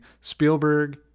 Spielberg